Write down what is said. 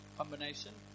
combination